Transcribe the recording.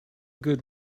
good